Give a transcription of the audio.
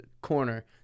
corner